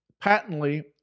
patently